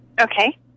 Okay